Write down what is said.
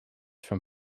from